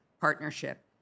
partnership